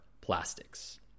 plastics